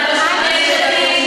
אבל יש עתיד,